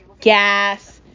gas